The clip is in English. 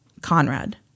Conrad